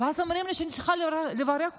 ואז אומרים לי שאני צריכה לברך אותו.